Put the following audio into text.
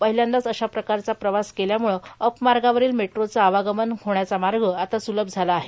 पहिल्यांदाच अशा प्रकारचा प्रवास केल्याम्ळं अप मार्गावरील मेट्रोच आवागमन होण्याचा मार्ग आता स्लभ झाला आहे